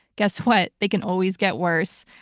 guess what? they can always get worse.